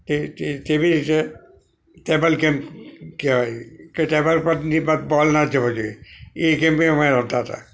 તે તે તેબી રીતે ટેબલ કેમ્પ કહેવાય કે ટેબલ પરની ની પર બોલ ના જવો જોઈએ એ ગેમે અમે રમતા હતા